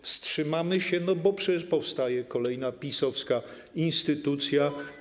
Wstrzymamy się, bo przecież powstaje kolejna PiS-owska instytucja.